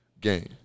game